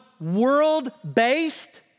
world-based